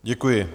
Děkuji.